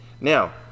now